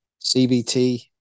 cbt